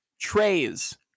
trays